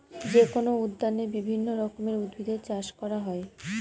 যেকোনো উদ্যানে বিভিন্ন রকমের উদ্ভিদের চাষ করা হয়